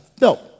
No